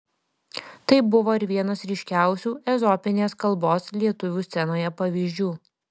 tai buvo ir vienas ryškiausių ezopinės kalbos lietuvių scenoje pavyzdžių